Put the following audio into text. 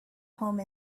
home